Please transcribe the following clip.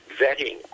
vetting